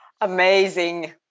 Amazing